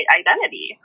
identity